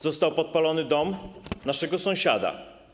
Został podpalony dom naszego sąsiada.